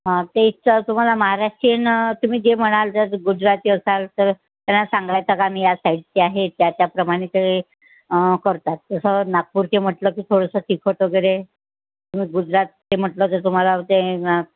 टेस्टचं तुम्हाला महाराष्ट्रीयन तुम्ही जे म्हणाल जर गुजराती असाल तर त्यांना सांगायचं का मी या साइडची आहे त्या त्या प्रमाणे ते करतात तसं नागपूरचे म्हटलं की थोडंसं तिखट वगैरे गुजरातचे म्हटलं तर तुम्हाला ते